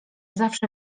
zawsze